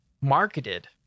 marketed